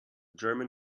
german